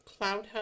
CloudHub